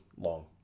long